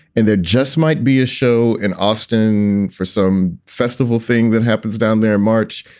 and there just might be a show in austin for some festival thing that happens down there. march.